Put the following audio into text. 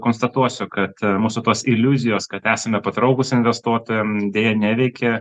konstatuosiu kad mūsų tos iliuzijos kad esame patraukūs investuotojam deja neveikia